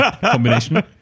combination